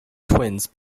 twins